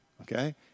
okay